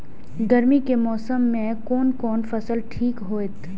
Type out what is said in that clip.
गर्मी के मौसम में कोन कोन फसल ठीक होते?